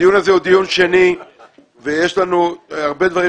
הדיון הזה הוא דיון שני ויש לנו הרבה דברים